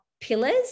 pillars